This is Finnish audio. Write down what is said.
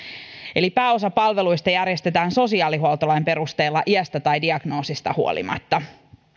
eli pääosa palveluista järjestetään sosiaalihuoltolain perusteella iästä tai diagnoosista huolimatta